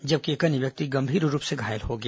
जबकि एक अन्य व्यक्ति गंभीर रूप से घायल हो गया